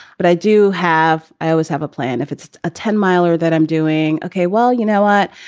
but i do have i always have a plan. if it's a ten miler that i'm doing. okay, well, you know what?